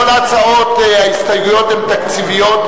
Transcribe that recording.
כל ההסתייגויות הן תקציביות,